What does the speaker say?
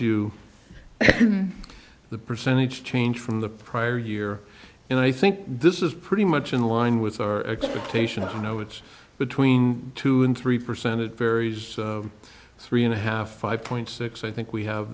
you the percentage change from the prior year and i think this is pretty much in line with our expectation to know it's between two and three percent it varies three and a half five point six i think we have